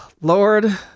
Lord